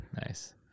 Nice